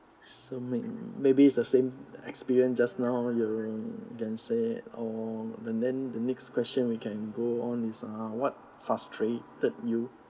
so maybe it's the same experience just now you can say oh and then the next question we can go on is uh what frustrated you